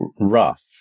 rough